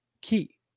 Key